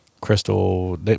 Crystal